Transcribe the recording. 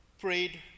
prayed